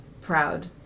proud